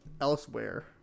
elsewhere